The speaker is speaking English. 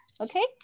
okay